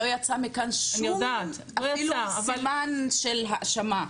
לא יצא מפה אפילו שום סימן של האשמה,